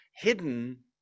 hidden